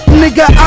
nigga